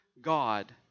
God